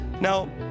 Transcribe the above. Now